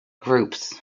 groups